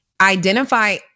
Identify